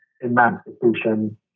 emancipation